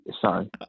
sorry